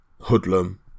hoodlum